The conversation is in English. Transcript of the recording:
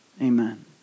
Amen